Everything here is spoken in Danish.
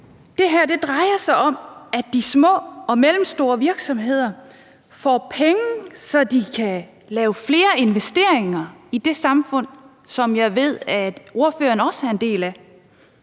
Det her drejer sig om, at de små og mellemstore virksomheder får penge, så de kan lave flere investeringer i det samfund, som jeg ved at ordføreren også er en del af